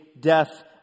death